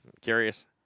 Curious